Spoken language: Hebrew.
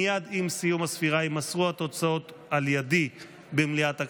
מייד עם סיום הספירה יימסרו התוצאות על ידי במליאת הכנסת,